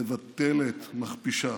מבטלת, מכפישה.